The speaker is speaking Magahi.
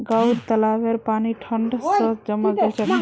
गांउर तालाबेर पानी ठंड स जमें गेल छेक